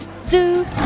Zoo